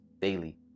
Daily